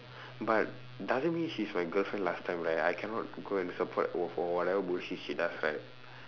but doesn't mean she is my girlfriend last time right I cannot go and support oh for whatever bullshit she does right